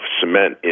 cement